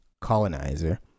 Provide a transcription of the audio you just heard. colonizer